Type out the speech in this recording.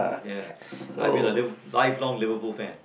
ya I've been a Liv~ lifelong Liverpool fan